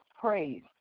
praise